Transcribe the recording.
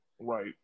Right